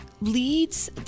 leads